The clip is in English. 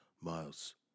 Miles